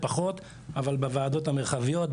אבל בוועדות המרחביות,